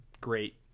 great